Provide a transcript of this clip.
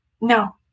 No